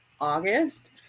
August